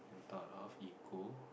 thought of ego